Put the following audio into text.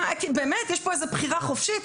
יש פה איזו בחירה חופשית?